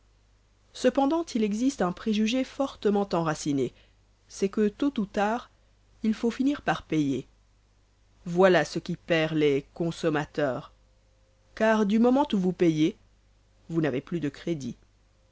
cependant il existe un préjugé fortement enraciné c'est que tôt ou tard il faut finir par payer voilà ce qui perd les consommateurs car du moment où vous payez vous n'avez plus de crédit